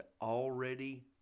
already